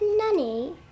nanny